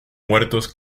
muertos